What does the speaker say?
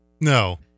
No